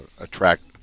attract